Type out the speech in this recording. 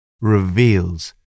reveals